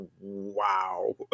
wow